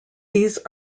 these